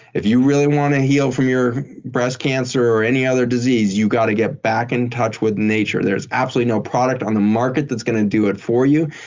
if you really want to heal from your breast cancer or any other disease, you got to get back in touch with nature. there's absolutely no product on the market that's going to do it for you.